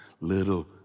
little